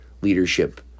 leadership